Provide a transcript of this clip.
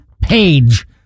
page